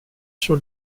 sur